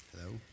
Hello